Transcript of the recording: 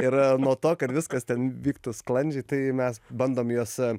ir nuo to kad viskas ten vyktų sklandžiai tai mes bandom juos